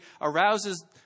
arouses